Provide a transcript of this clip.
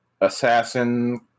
assassin